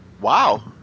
Wow